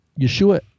Yeshua